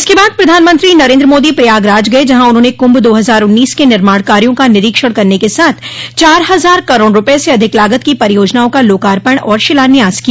इसके बाद प्रधानमंत्री नरेन्द्र मोदी प्रयागराज गये जहां उन्होंने कुंभ दो हजार उन्नीस के निर्माण कार्यो का निरीक्षण करने के साथ चार हजार करोड़ रूपये से अधिक लागत की परियोजनाओं का लोकार्पण और शिलान्यास किया